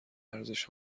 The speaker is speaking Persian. ارزش